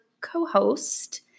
co-host